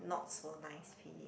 not so nice pay